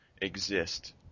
exist